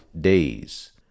days